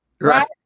Right